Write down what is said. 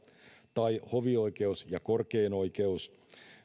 tai hovioikeus ja korkein oikeus